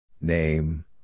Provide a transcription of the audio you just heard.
Name